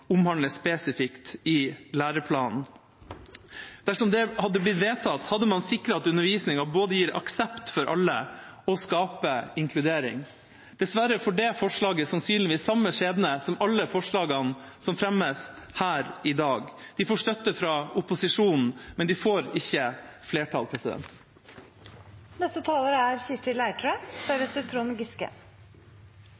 omhandler minoritetstematikk. For å sikre at det faktisk undervises om seksuell orientering, kjønnsidentitet og kjønnsuttrykk, burde disse begrepene omhandles spesifikt i læreplanen. Dersom det hadde blitt vedtatt, hadde man sikret at undervisningen både gir aksept for alle og skaper inkludering. Dessverre får det forslaget sannsynligvis samme skjebne som alle forslagene som fremmes her i dag: De får støtte fra opposisjonen, men de får